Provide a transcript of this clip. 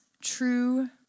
true